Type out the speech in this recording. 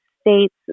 States